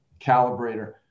calibrator